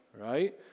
right